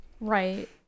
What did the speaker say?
Right